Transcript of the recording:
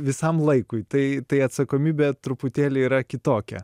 visam laikui tai tai atsakomybė truputėlį yra kitokia